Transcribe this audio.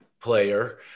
player